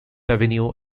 avenue